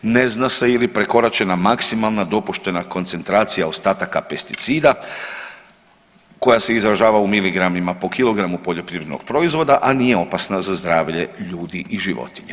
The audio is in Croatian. Ne zna se je li prekoračena maksimalna dopuštena koncentracija ostataka pesticida koja se izražava u miligramima po kilogramu poljoprivrednog proizvoda, a nije opasna za zdravlje ljudi i životinja.